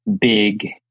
big